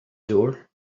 door